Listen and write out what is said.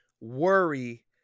worry